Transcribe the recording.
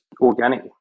organic